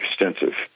extensive